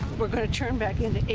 we're gonna turn back into